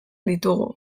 ditugu